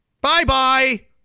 Bye-bye